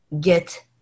get